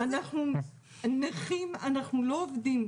אנחנו נכים, אנחנו לא עובדים.